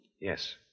Yes